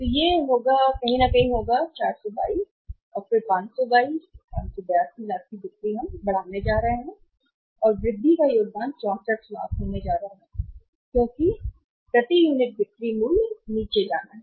तो यह होगा कहीं न कहीं 422 और फिर 522 582 लाख की बिक्री हम बढ़ाने जा रहे हैं और वृद्धि का योगदान 64 लाख होने जा रहा है क्योंकि प्रति यूनिट बिक्री मूल्य नीचे जाना है